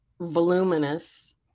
voluminous